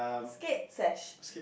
scape sesh